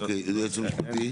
אוקיי, היועץ המשפטי.